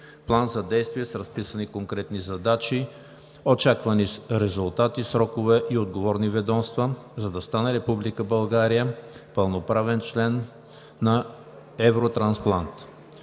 План за действие с разписани конкретни задачи, очаквани резултати, срокове и отговорни ведомства, за да стане Република България пълноправен член на Евротрансплант;